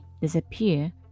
Disappear